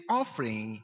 offering